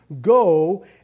go